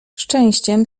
szczęściem